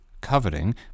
coveting